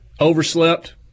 Overslept